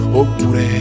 oppure